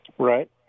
right